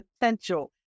potential